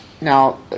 Now